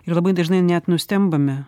ir labai dažnai net nustembame